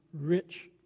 rich